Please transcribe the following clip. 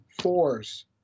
fours